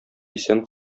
исән